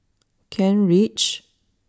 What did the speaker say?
Kent Ridge